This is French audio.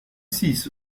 six